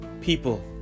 people